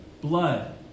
blood